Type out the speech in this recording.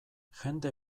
jende